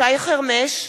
שי חרמש,